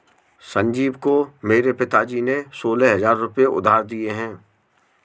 संजीव को मेरे पिताजी ने सोलह हजार रुपए उधार दिए हैं